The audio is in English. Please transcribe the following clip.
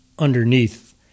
Underneath